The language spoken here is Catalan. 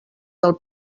del